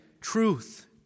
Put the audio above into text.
truth